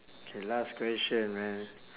okay last question man